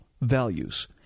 values